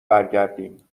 برگردیم